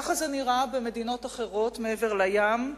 ככה זה נראה במדינות אחרות מעבר לים,